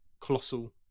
colossal